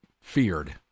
feared